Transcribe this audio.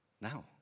now